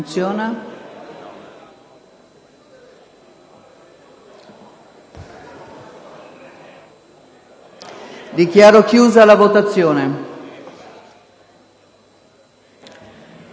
Dichiaro aperta la votazione.